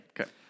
Okay